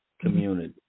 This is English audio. community